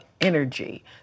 energy